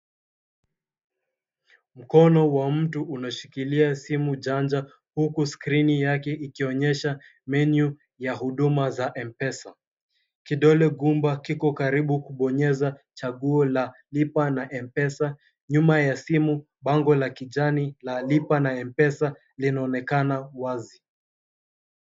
Mkono wa mtu unashikilia simu janja huku screen yake ikionyesha menu ya huduma za Mpesa. Kidole gumba kiko karibu kubonyeza chaguo la lipa na Mpesa nyuma ya simu bango la kijani la lipa na Mpesa linaonekana wazi.